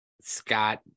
Scott